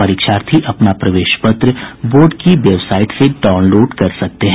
परीक्षार्थी अपना प्रवेश पत्र बोर्ड की बेवसाईट से डाउनलोड कर सकते हैं